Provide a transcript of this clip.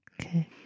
okay